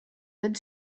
good